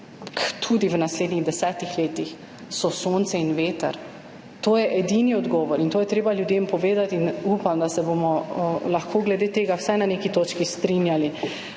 tudi v naslednjih 10 letih, sta sonce in veter. To je edini odgovor in to je treba ljudem povedati in upam, da se bomo lahko glede tega vsaj na neki točki strinjali.